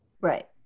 right